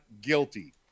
guilty